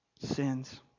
sins